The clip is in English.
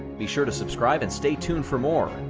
be sure to subscribe and stay tuned for more.